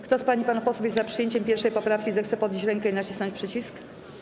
Kto z pań i panów posłów jest za przyjęciem 1. poprawki, zechce podnieść rękę i nacisnąć przycisk.